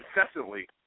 incessantly